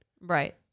Right